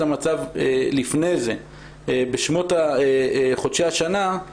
המצב כפי שהיה לפני כן עם שמות חודשי השנה,